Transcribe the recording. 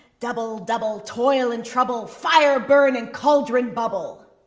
double, double toil and trouble fire burn and cauldron bubble.